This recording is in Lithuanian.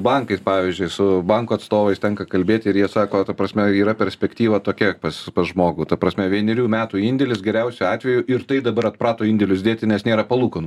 bankais pavyzdžiui su banko atstovais tenka kalbėti ir jie sako ta prasme yra perspektyva tokia pas žmogų ta prasme vienerių metų indėlis geriausiu atveju ir tai dabar atprato indėlius dėti nes nėra palūkanų